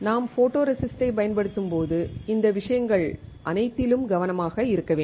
நாம் ஃபோட்டோரெசிஸ்ட்டைப் பயன்படுத்தும்போது இந்த விஷயங்கள் அனைத்திலும் கவனமாக இருக்க வேண்டும்